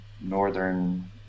northern